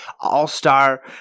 all-star